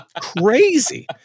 crazy